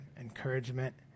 encouragement